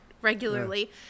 regularly